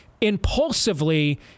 impulsively